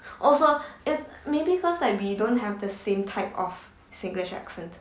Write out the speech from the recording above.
also if maybe because like we don't have the same type of singlish accent